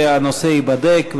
הנושא ייבדק.